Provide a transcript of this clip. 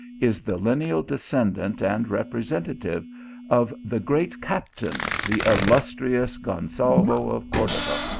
is the lineal de scendant and representative of the great captain, the illustrious gonsalvo of cordova,